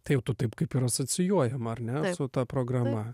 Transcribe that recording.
tai jau tu taip kaip ir asocijuojama ar ne su ta programa